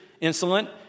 insolent